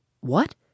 What